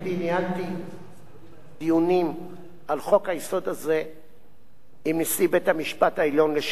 דיונים על חוק-היסוד הזה עם נשיא בית-המשפט העליון לשעבר פרופסור ברק,